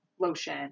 lotion